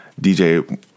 DJ